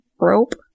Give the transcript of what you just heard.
rope